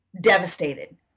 devastated